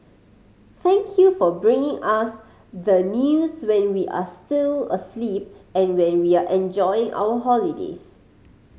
thank you for bringing us the news when we are still asleep and when we are enjoying our holidays